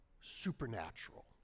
supernatural